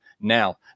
now